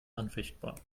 anfechtbar